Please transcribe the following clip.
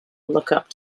lookup